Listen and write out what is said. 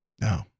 no